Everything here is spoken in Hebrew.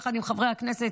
שיחד עם חברי הכנסת,